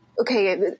okay